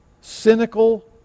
cynical